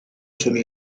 sono